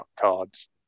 cards